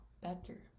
better